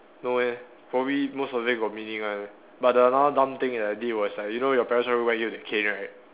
no eh probably most of them got meaning one but the another dumb thing that I did was like you know your parents would whack you with a cane right